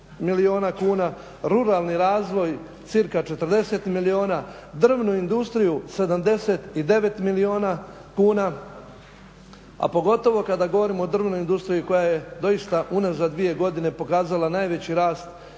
ruralni razvoj cca 40 milijuna, drvnu industriju 79 milijuna kuna, a pogotovo kada govorimo o drvnoj industriji koja je doista unazad dvije godine pokazala najveći rast